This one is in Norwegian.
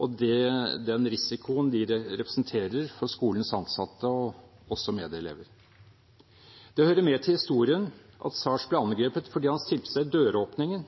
og den risikoen de representerer for skolens ansatte og også medelever. Det hører med til historien at Saers ble angrepet fordi han stilte seg i døråpningen